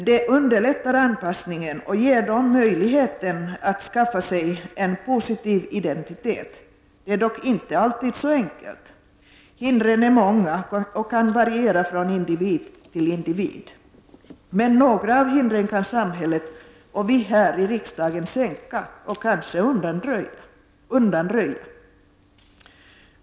Det underlättar anpassningen och ger dem möjligheten att skaffa sig en positiv identitet. Det är dock inte alltid så enkelt. Hindren är många och kan variera från individ till individ, men några av hindren kan samhället och vi här i riksdagen sänka och kanske undanröja.